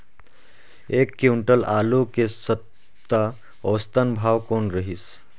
एक क्विंटल आलू के ऐ सप्ता औसतन भाव कौन रहिस?